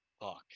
fuck